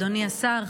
אדוני השר,